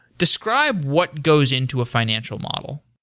describe what goes into a financial model.